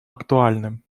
актуальным